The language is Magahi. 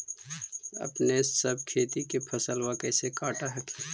अपने सब खेती के फसलबा कैसे काट हखिन?